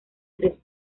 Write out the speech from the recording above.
tres